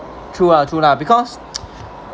true ah true lah because